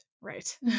Right